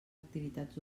activitats